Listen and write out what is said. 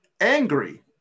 angry